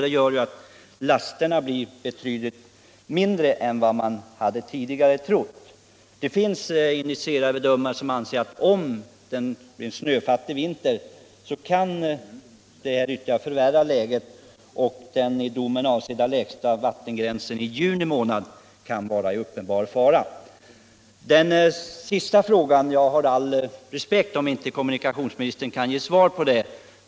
Det gör att lasterna kan bli betydligt mindre än man tidigare hade trott. Det finns initierade bedömare som anser att läget ytterligare kan förvärras om det blir en snöfattig vinter och att den i domen avsedda lägsta gränsen i juni månad kan vara i uppenbar fara. Jag har all respekt för om inte kommunikationsministern kan ge svar på den sist ställda frågan.